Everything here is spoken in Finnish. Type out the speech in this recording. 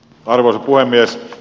arvoisa puhemies